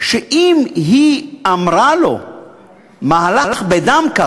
שאם היא אמרה לו "מהלך בדמקה",